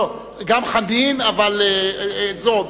גם חנין, אבל זועבי.